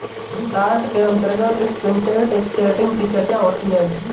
short के अंतर्गत synthetic setting की चर्चा होती है